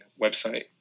website